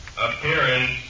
Appearance